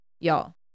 Y'all